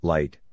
Light